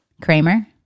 Kramer